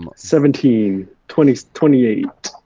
um seventeen, twenty so twenty eight,